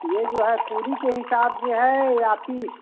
ये जो है कुरी के हिसाब से है या पीस